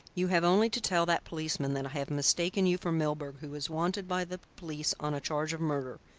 you have only to tell that policeman that i have mistaken you for milburgh, who is wanted by the police on a charge of murder,